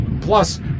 Plus